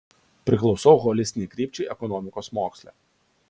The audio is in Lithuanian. priklausau holistinei krypčiai ekonomikos moksle